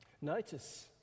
Notice